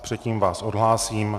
Předtím vás odhlásím...